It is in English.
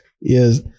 Yes